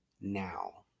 Now